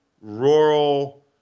rural